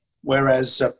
whereas